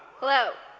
hello.